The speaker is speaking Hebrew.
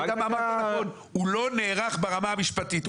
אמרת נכון, הוא לא נערך ברמה המשפטית.